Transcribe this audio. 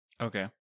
Okay